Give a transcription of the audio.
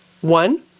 One